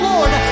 Lord